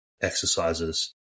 exercises